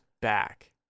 back